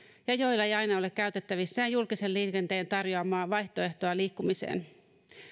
ja joilla ei aina ole käytettävissään julkisen liikenteen tarjoamaa vaihtoehtoa liikkumiseen